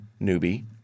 newbie